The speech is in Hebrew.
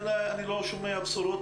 אני לא רוצה להתחייב.